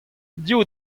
div